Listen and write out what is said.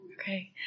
Okay